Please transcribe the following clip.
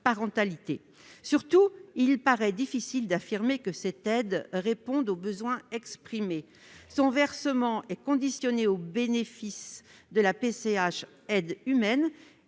Surtout, il est délicat d'affirmer qu'une telle aide répond aux besoins exprimés. Son versement est conditionné au bénéfice de la PCH aide humaine.